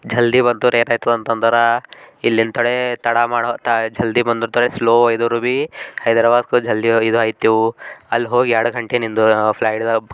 ಜಲ್ದಿ ಬಂದರು ಏನಾಯ್ತದ ಅಂತಂದ್ರೆ ಇಲ್ಲಿಂದ ತೊಡೇ ತಡಮಾಡೋ ತ ಜಲ್ದಿ ಸ್ಲೋ ಇದ್ರೂ ಭೀ ಹೈದರಾಬಾದ್ಗೆ ಜಲ್ದಿ ಇದಾಯ್ತೆವು ಅಲ್ಲಿ ಹೋಗಿ ಎರಡು ಗಂಟೆ ನಿಂದು ಫ್ಲೈಟ್